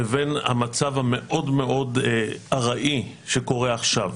לבין המצב המאוד מאוד ארעי שקורה עכשיו.